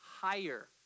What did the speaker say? higher